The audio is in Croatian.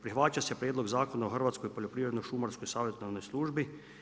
Prihvaća se prijedlog Zakona o Hrvatskoj poljoprivrednoj-šumarskoj savjetodavnoj službi.